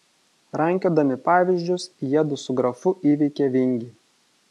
rankiodami pavyzdžius jiedu su grafu įveikė vingį